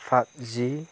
PUBG